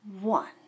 One